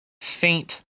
faint